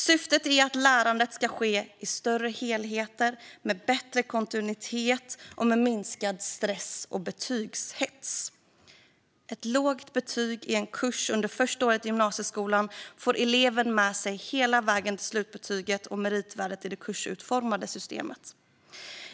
Syftet är att lärandet ska ske i större helheter, med bättre kontinuitet och med minskad stress och betygshets. Ett lågt betyg i en kurs under första året i gymnasieskolan får eleven med sig hela vägen till slutbetyget och meritvärdet i det kursutformade systemet.